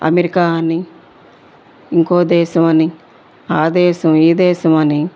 America అని ఇంకో దేశం అని ఆ దేశం ఈ దేశం అని